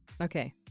Okay